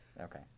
Okay